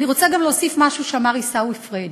אני רוצה להוסיף משהו שאמר עיסאווי פריג',